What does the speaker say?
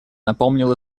напомнил